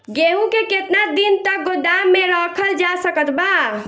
गेहूँ के केतना दिन तक गोदाम मे रखल जा सकत बा?